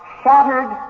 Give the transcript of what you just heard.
shattered